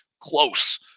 close